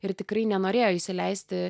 ir tikrai nenorėjo įsileisti